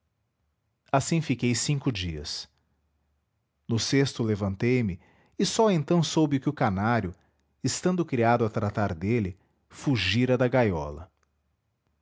assim fiquei cinco dias no sexto levantei-me e só então soube que o canário estando o criado a tratar dele fugira da gaiola